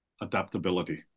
adaptability